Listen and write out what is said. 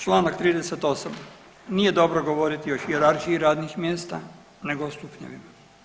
Čl. 38., nije dobro govoriti o hijerarhiji radnih mjesta nego o stupnjevima.